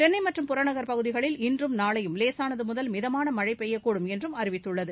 சென்னை மற்றும் புறநகர் பகுதிகளில் இன்றும் நாளையும் லேசானது முதல் மிதமான மழை பெய்யக்கூடும் என்று அறிவித்துள்ளது